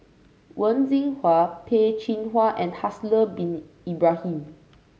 Wen Jinhua Peh Chin Hua and Haslir Bin Ibrahim